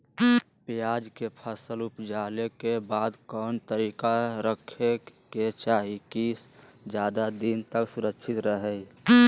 प्याज के फसल ऊपजला के बाद कौन तरीका से रखे के चाही की ज्यादा दिन तक सुरक्षित रहय?